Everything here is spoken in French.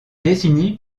décennies